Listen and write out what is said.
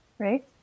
Right